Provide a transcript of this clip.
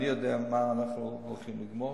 אני יודע מה אנחנו הולכים לגמור.